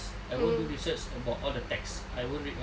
I won't do research about all the texts I won't read [one]